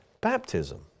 baptism